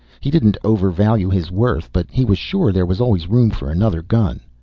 he didn't overvalue his worth, but he was sure there was always room for another gun.